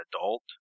adult